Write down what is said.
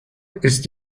ist